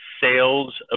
sales